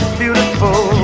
beautiful